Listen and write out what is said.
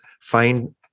find